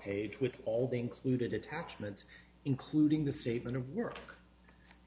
page with all the included attachments including the statement of work